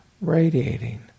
radiating